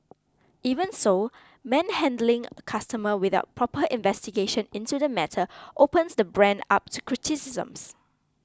even so manhandling a customer without proper investigation into the matter opens the brand up to criticisms